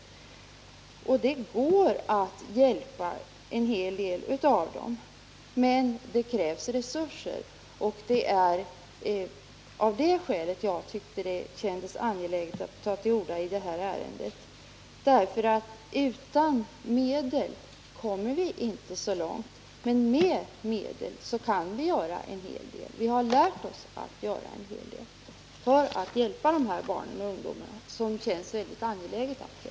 Det går att hjälpa en hel del av dem, men för det krävs resurser, och det är av det skälet jag tyckte att det kändes angeläget att ta till orda i den här debatten. Utan medel kommer vi inte så långt, men med medel kan vi göra en hel del. Vi har lärt oss att göra en hel del för att hjälpa de här barnen och ungdomarna som det känns verkligt angeläget att göra.